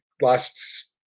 last